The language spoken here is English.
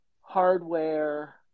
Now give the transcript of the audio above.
hardware